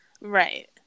Right